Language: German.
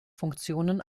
funktionen